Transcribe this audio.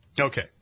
Okay